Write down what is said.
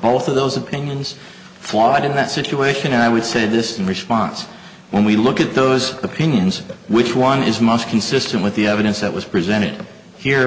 both of those opinions flawed in that situation and i would say this in response when we look at those opinions which one is most consistent with the evidence that was presented here